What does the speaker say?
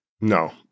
No